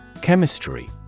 Chemistry